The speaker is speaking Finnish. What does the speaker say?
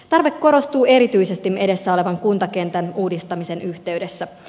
tarve korostuu erityisesti edessä olevan kuntakentän uudistamisen yhteydessä